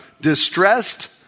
distressed